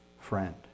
friend